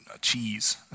cheese